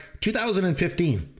2015